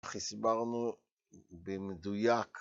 ‫הסברנו במדויק.